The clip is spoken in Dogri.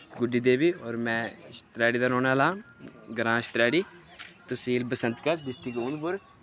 गुडडी देवी और में छतरैड़ी दा रौह्ने आह्लां आं ग्रां छतरैड़ी तसील बंसतगढ डिस्टिक उधमपुर